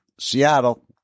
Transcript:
Seattle